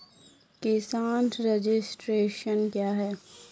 किसान रजिस्ट्रेशन क्या हैं?